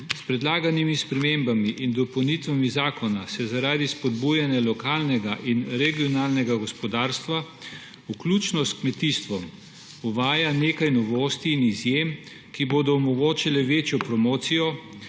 S predlaganimi spremembami in dopolnitvami zakona se zaradi spodbujanja lokalnega in regionalnega gospodarstva, vključno s kmetijstvom, uvaja nekaj novosti in izjem, ki bodo omogočile večjo promocijo,